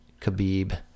Khabib